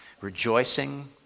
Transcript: Rejoicing